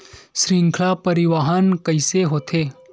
श्रृंखला परिवाहन कइसे होथे?